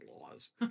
laws